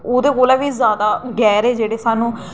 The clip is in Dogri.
ओह्दे कोला बी जैदा गैह्रे जेह्ड़े साह्नूं